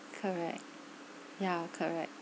correct yeah correct